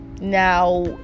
now